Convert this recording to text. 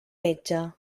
metge